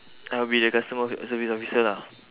I'll be the customer of~ service officer lah